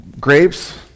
grapes